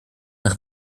nach